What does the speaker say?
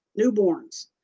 Newborns